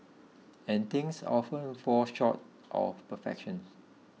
and things often fall short of perfection